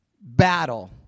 battle